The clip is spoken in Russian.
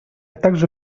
также